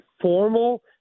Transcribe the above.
formal